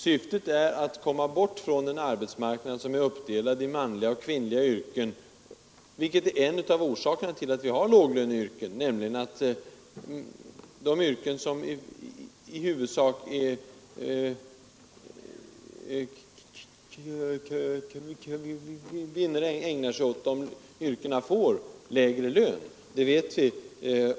Det är att komma ifrån en arbetsmarknad som är uppdelad i manliga och kvinnliga yrken, vilket är en av orsakerna till att vi har låglöneyrken — de yrken som i huvudsak kvinnor ägnar sig åt får lägre lön.